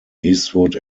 eastwood